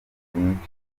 n’umuvuduko